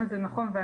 נכון?